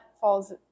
falls